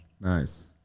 Nice